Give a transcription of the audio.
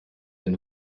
ein